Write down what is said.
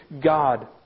God